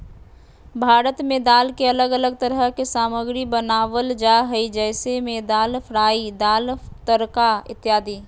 भारत में दाल के अलग अलग तरह के सामग्री बनावल जा हइ जैसे में दाल फ्राई, दाल तड़का इत्यादि